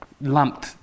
lumped